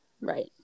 Right